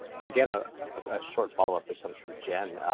again, a ah short follow up that comes from jen.